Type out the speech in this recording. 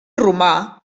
romà